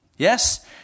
Yes